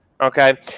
okay